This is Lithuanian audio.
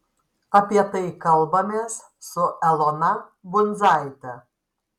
apie tai kalbamės su elona bundzaite